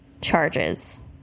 charges